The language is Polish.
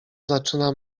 zaczyna